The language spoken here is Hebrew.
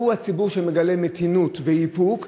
הוא הציבור שמגלה מתינות ואיפוק,